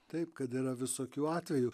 taip kad yra visokių atvejų